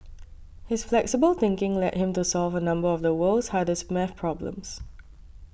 his flexible thinking led him to solve a number of the world's hardest math problems